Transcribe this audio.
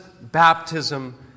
baptism